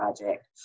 project